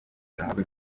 badahabwa